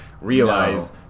realize